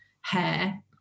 hair